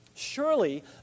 surely